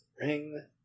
Ring